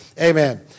Amen